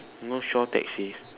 hmm north shore taxi